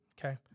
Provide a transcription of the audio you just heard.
okay